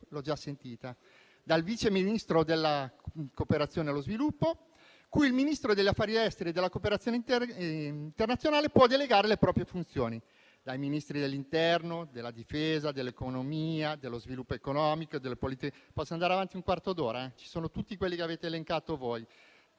(l'ho già sentita), dal Vice Ministro della cooperazione allo sviluppo, cui il Ministro degli affari esteri e della cooperazione internazionale può delegare le proprie funzioni; dai Ministri dell'interno, della difesa, dell'economia, dello sviluppo economico, eccetera. Posso andare avanti un quarto d'ora. Ci sono tutti quelli che avete elencato voi,